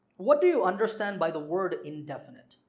what do you understand by the word indefinite?